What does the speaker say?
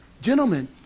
Gentlemen